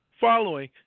following